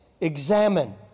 examine